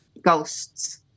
ghosts